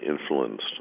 influenced